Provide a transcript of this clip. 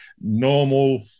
Normal